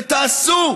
ותעשו.